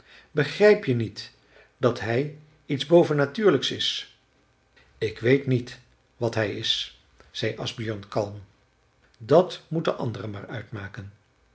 begrijp je niet dat hij iets bovennatuurlijks is ik weet niet wat hij is zei asbjörn kalm dat moeten anderen maar uitmaken